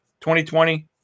2020